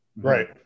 Right